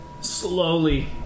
slowly